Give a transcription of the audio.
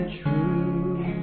true